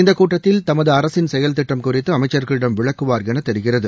இந்தக் கூட்டத்தில் தமது அரசின் செயல் திட்டம் குறித்து அமைச்சர்களிடம் விளக்குவார் என தெரிகிறது